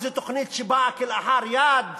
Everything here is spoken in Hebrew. איזו תוכנית שבאה כלאחר יד,